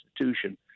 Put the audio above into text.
institution